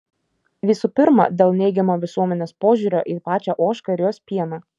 visų pirma dėl neigiamo visuomenės požiūrio į pačią ožką ir jos pieną